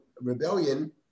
rebellion